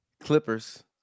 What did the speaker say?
Clippers